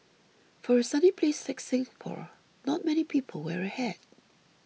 for a sunny place like Singapore not many people wear a hat